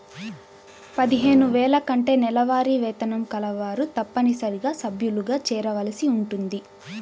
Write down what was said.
పదిహేను వేల కంటే నెలవారీ వేతనం కలవారు తప్పనిసరిగా సభ్యులుగా చేరవలసి ఉంటుంది